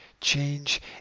Change